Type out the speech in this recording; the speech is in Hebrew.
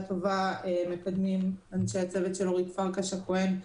טובה מקדמים אנשי הצוות של אורית פרקש הכוהן,